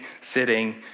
sitting